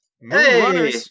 hey